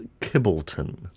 Kibbleton